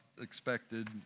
expected